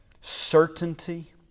certainty